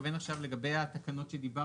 האינטרנט של משרד התקשורת מידע תמציתי